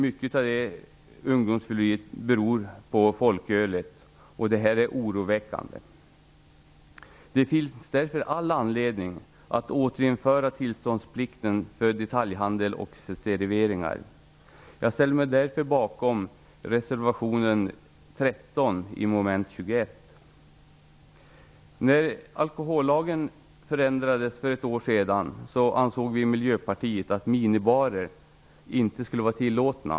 Mycket av detta fylleri beror på folkölet, och det är oroväckande. Det finns därför all anledning att återinföra tillståndsplikten för detaljhandel och servering. Jag ställer mig därför bakom reservation nr 13, mom. 21. När alkohollagen förändrades för ett år sedan ansåg vi i Miljöpartiet att minibarer inte skulle vara tillåtna.